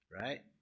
right